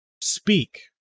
speak